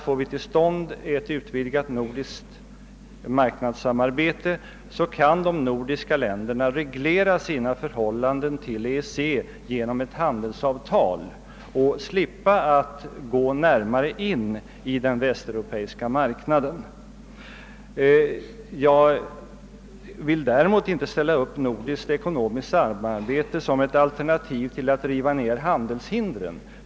Får vi till stånd ett vidgat nordiskt marknadssamarbete, så kan de nordiska länderna reglera sina förhållanden till EEC genom ett handelsavtal och slippa att närmare anslutas till Västeuropeiska gemenskapen. Jag vill däremot inte ställa upp nordiskt ekonomiskt samarbete som ett alternativ till att riva ned handelshindren.